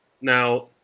Now